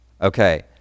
Okay